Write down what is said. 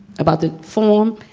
about the form.